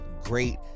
great